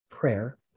prayer